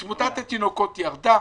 כאשר תמותת התינוקות ירדה,